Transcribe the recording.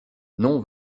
non